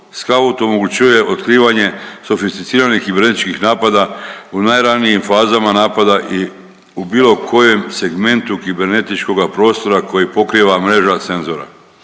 SK@UT omogućuje otkrivanje sofisticiranih kibernetičkih napada u najranijim fazama napada i u bilo kojem segmentu kibernetičkoga prostora koji pokriva mreža senzora.